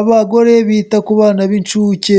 abagore bita ku bana b'inshuke.